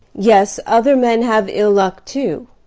yes, other men have ill luck too.